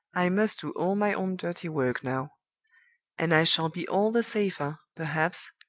i must do all my own dirty work now and i shall be all the safer, perhaps,